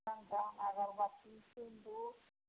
चन्दन अगरबत्ती सिन्दूर